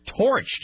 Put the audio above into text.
Torched